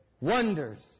wonders